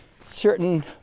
certain